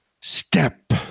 Step